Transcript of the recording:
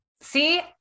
See